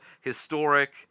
historic